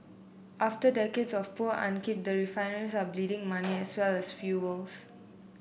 after decades of poor upkeep the refineries are bleeding money as well as fuel